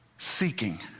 Seeking